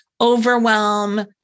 overwhelm